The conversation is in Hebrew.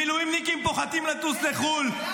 מילואימניקים פוחדים לטוס לחו"ל.